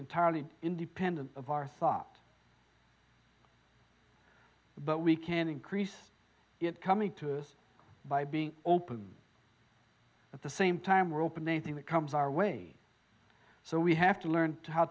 entirely independent of our thought but we can increase it coming to us by being open at the same time we're open a thing that comes our way so we have to learn how